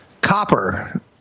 Copper